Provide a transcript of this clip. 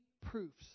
proofs